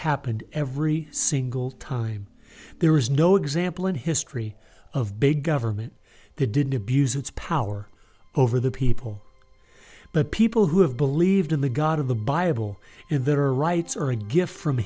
happened every single time there is no example in history of big government they didn't abuse its power over the people but people who have believed in the god of the bible in their rights are a gift from